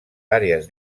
àrees